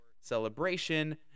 celebration